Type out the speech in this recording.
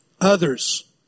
others